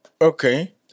Okay